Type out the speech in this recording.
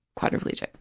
quadriplegic